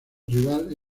rival